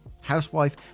Housewife